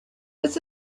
this